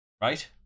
Right